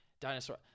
dinosaur –